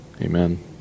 Amen